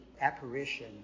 apparition